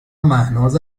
مهناز